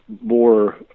more